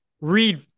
read